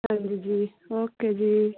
ਹਾਂਜੀ ਜੀ ਓਕੇ ਜੀ